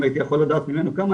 אם הייתי יכול לדעת ממנו כמה,